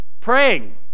praying